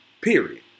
period